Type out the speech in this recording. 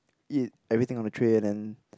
eat everything on the tray and then